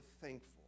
thankful